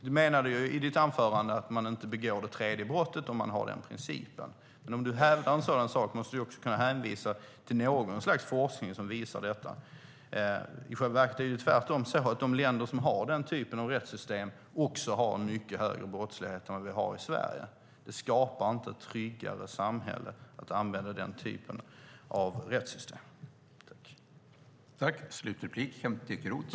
Kent Ekeroth menade i sitt anförande att man inte begår det tredje brottet om man har den principen, men om han hävdar en sådan sak måste han också kunna hänvisa till något slags forskning som visar detta. I själva verket är det tvärtom så att de länder som har den typen av rättssystem också har en mycket högre brottslighet än vad vi har i Sverige. Den typen av rättssystem skapar inte tryggare samhällen.